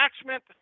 attachment